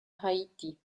haiti